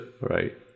right